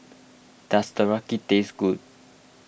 does Teriyaki taste good